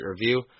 review